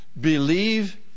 Believe